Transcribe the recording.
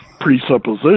presupposition